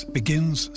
begins